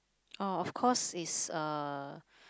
orh of course is uh